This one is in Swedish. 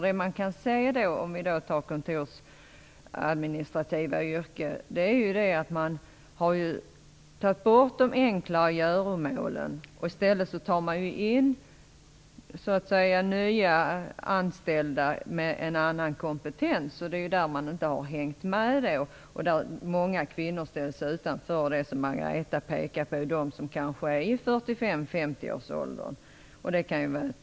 Det vi kan se i kontorsadministrativa yrken är att man har tagit bort de enkla göromålen och i stället tagit in nya anställda med en annan kompetens. Där har många kvinnor inte hängt med utan ställts utanför. Det kan vara ett problem för dem som är i 45-50-årsåldern, som Margareta Andersson visade på.